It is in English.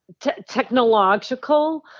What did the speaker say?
technological